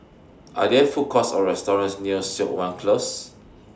Are There Food Courts Or restaurants near Siok Wan Close